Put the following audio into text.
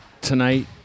Tonight